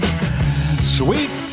Sweet